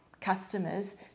customers